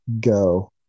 Go